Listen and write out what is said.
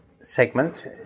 segment